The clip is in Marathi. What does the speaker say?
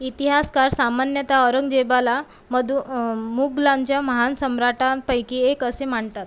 इतिहासकार सामान्यत औरंगजेबाला मदु मुघलांच्या महान सम्राटांपैकी एक असे मानतात